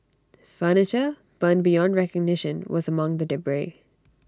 furniture burned beyond recognition was among the debris